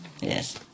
Yes